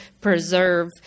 preserve